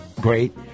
great